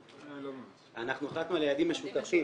אנחנו החלטנו על יעדים משותפים